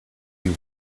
you